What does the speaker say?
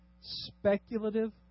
speculative